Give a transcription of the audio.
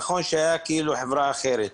נכון שהיה כאילו חברה אחרת,